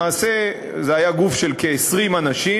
למעשה זה היה גוף של כ-20 אנשים,